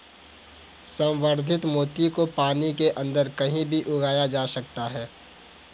संवर्धित मोती को पानी के अंदर कहीं भी उगाया जा सकता है